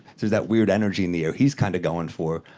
there's that weird energy in the air. he's kind of going for